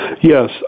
Yes